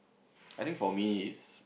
I think for me is